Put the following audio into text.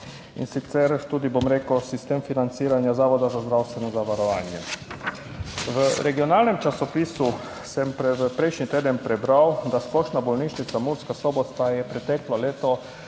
in sicer tudi, bom rekel, sistem financiranja Zavoda za zdravstveno zavarovanje. V regionalnem časopisu sem prejšnji teden prebral, da Splošna bolnišnica Murska Sobota je preteklo leto